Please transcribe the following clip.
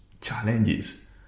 challenges